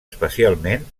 especialment